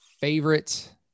Favorite